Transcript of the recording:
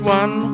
one